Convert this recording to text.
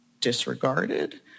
disregarded